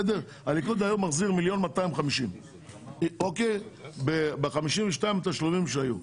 הליכוד היום מחזיר מיליון ו-250 אלף שקלים ב-52 התשלומים שהיו.